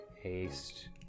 Haste